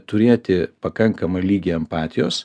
turėti pakankamą lygį empatijos